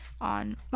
on